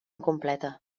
incompleta